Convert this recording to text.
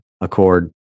Accord